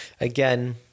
again